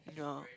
yeah